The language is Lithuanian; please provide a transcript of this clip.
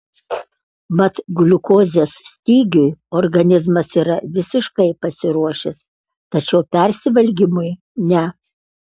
mat gliukozės stygiui organizmas yra visiškai pasiruošęs tačiau persivalgymui ne